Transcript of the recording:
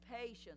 patience